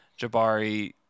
Jabari